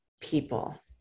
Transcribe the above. people